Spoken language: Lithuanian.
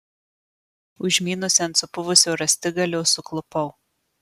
užmynusi ant supuvusio rąstigalio suklupau